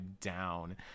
down